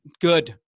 Good